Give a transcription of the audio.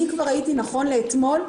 אני כבר ראיתי נכון לאתמול,